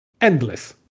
Endless